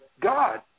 God